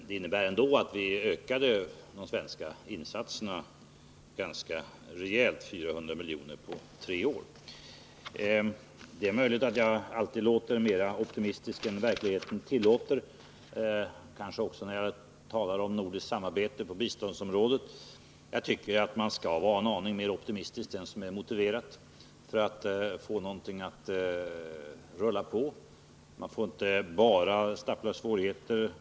Det innebär en relativ besparing på 400 miljoner på tre år. Det är möjligt att jag alltid låter mer optimistisk än verkligheten tillåter, kanske också när jag talar om nordiskt samarbete på biståndsområdet. Jag tycker att man skall vara en aning mer optimistisk än som är motiverat, för att få någonting att rulla på. Man får inte bara stapla svårigheter.